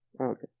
Okay